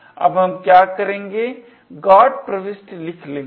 अब हम क्या करेंगे GOT प्रविष्टि लिख लेंगे